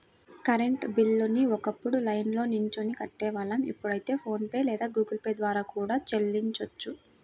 current బిల్లుని ఒకప్పుడు లైన్లో నిల్చొని కట్టేవాళ్ళం ఇప్పుడైతే ఫోన్ పే లేదా జీ పే ద్వారా కూడా చెల్లించొచ్చు